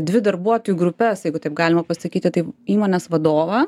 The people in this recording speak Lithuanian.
dvi darbuotojų grupes jeigu taip galima pasakyti tai įmonės vadovą